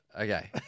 Okay